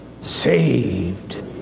Saved